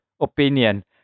opinion